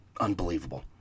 Unbelievable